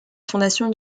fondation